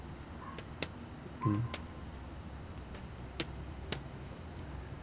mm